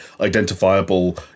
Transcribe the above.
identifiable